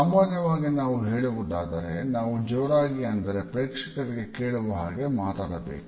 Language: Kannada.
ಸಾಮಾನ್ಯವಾಗಿ ನಾವು ಹೇಳುವುದಾದರೆ ನಾವು ಜೋರಾಗಿ ಅಂದರೆ ಪ್ರೇಕ್ಷಕರಿಗೆ ಕೇಳುವ ಹಾಗೆ ಮಾತಾಡ್ಬೇಕು